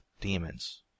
demons